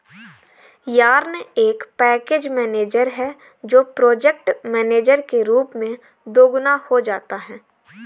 yarn एक package manager है जो प्रोजेक्ट मैनेजर के रूप में दोगुना हो जाता है